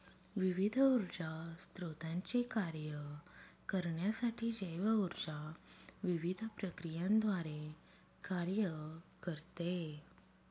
विविध ऊर्जा स्त्रोतांचे कार्य करण्यासाठी जैव ऊर्जा विविध प्रक्रियांद्वारे कार्य करते